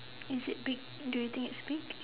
is it big do you think it's big